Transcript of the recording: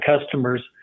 customers